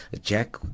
Jack